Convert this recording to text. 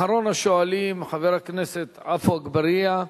אחרון השואלים, חבר הכנסת עפו אגבאריה,